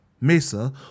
Mesa